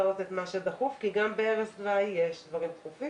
איך הן מזהות את מה שדחוף כי גם במקרה של ערש דווי יש דברים דחופים